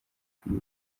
kwiba